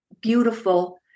beautiful